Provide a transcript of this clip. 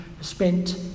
spent